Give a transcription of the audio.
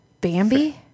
Bambi